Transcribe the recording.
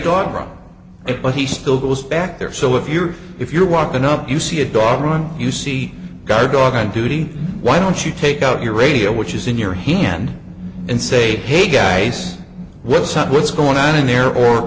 it but he still goes back there so if you're if you're walking up you see a dog run you see a guard dog on duty why don't you take out your radio which is in your hand and say hey guys what's up what's going on in there or